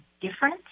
different